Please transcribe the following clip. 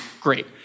great